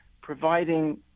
providing